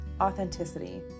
authenticity